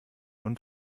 und